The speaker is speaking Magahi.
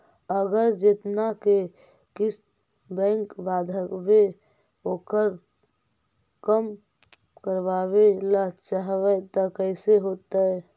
अगर जेतना के किस्त बैक बाँधबे ओकर कम करावे ल चाहबै तब कैसे होतै?